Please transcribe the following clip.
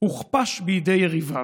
הוכפש בידי יריביו?